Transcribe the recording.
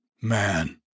Man